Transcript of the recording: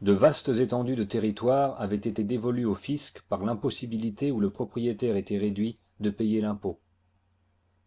de vastes étendues de territoires avaient été dévolues au fisc par l'impossibilité où le propriétaire était réduit de payer l'impôt